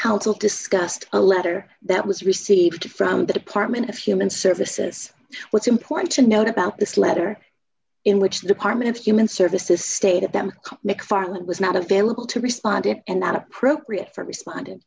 counsel discussed a letter that was received from the department of human services what's important to note about this letter in which the department of human services stated them mcfarland was not available to respond and that appropriate for responded